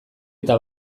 eta